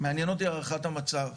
מעניין אותי הערכת המצב.